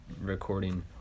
recording